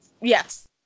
yes